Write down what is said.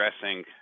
addressing